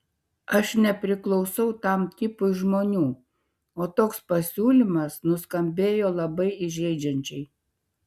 aš nepriklausau tam tipui žmonių o toks pasiūlymas nuskambėjo labai įžeidžiančiai